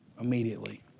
immediately